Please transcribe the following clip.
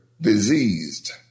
diseased